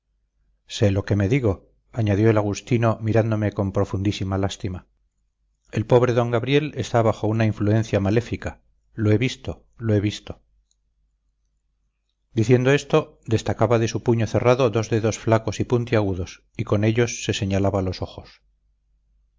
sé lo que me digo añadió el agustino mirándome con profunda lástima el pobre d gabriel está bajo una influencia maléfica lo he visto lo he visto diciendo esto destacaba de su puño cerrado dos dedos flacos y puntiagudos y con ellos se señalaba los ojos